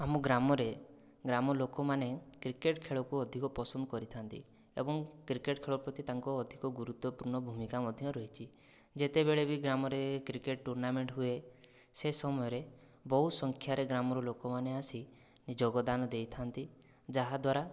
ଆମ ଗ୍ରାମରେ ଗ୍ରାମ ଲୋକମାନେ କ୍ରିକେଟ ଖେଳକୁ ଅଧିକ ପସନ୍ଦ କରିଥାନ୍ତି ଏବଂ କ୍ରିକେଟ ଖେଳ ପ୍ରତି ତାଙ୍କ ଅଧିକ ଗୁରୁତ୍ଵପୂର୍ଣ୍ଣ ଭୂମିକା ମଧ୍ୟ ରହିଛି ଯେତେବେଳେ ବି ଗ୍ରାମରେ କ୍ରିକେଟ ଟୁର୍ଣ୍ଣାମେଣ୍ଟ ହୁଏ ସେହି ସମୟରେ ବହୁ ସଂଖ୍ୟାରେ ଗ୍ରାମରୁ ଲୋକମାନେ ଆସି ଯୋଗଦାନ ଦେଇଥାନ୍ତି ଯାହାଦ୍ୱାରା